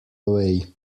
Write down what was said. away